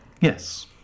yes